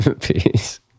Peace